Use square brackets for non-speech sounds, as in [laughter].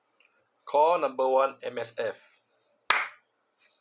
call number one M_S_F [noise]